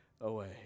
away